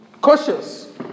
cautious